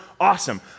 awesome